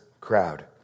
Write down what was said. crowd